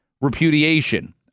repudiation